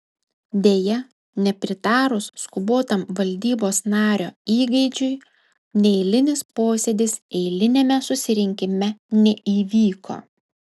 deja nepritarus skubotam valdybos nario įgeidžiui neeilinis posėdis eiliniame susirinkime neįvyko